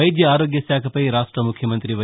వైద్య ఆరోగ్య శాఖపై రాష్ట ముఖ్యమంతి వై